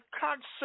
concept